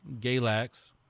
Galax